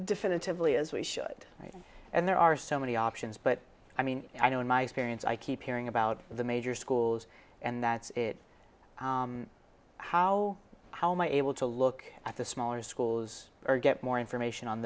definitively as we should and there are so many options but i mean i don't my experience i keep hearing about the major schools and that's it how how my able to look at the smaller schools or get more information on